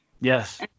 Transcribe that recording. Yes